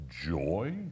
Joy